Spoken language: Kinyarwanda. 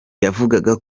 yavugaga